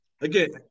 again